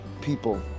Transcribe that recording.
people